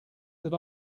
that